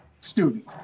student